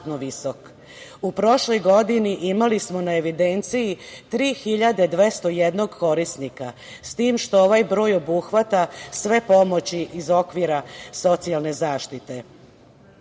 prošloj godini imali smo na evidenciji 3201 korisnika, s tim što ovaj broj obuhvata sve pomoći iz okvira socijalne